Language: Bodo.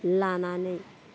लानानै